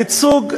הייצוג,